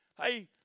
hey